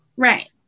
Right